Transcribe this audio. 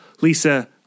Lisa